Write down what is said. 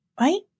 right